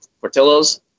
Portillo's